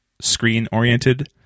screen-oriented